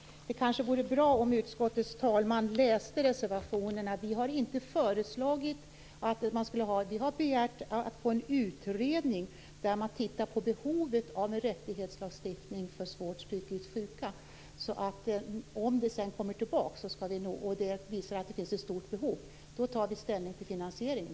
Fru talman! Det kanske vore bra om utskottets talesman läste reservationen. Vi har inte föreslagit en utökad lagstiftning, utan vi har begärt en utredning som ser över behovet av en rättighetslagstiftning för svårt psykiskt sjuka. Om det sedan visar sig att det finns ett stort behov, tar vi ställning till finansieringen.